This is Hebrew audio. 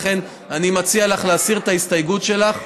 לכן אני מציע לך להסיר את ההסתייגות שלך.